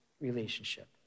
relationship